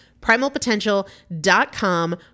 Primalpotential.com